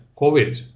COVID